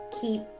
keep